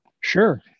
Sure